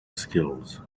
skills